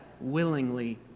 willingly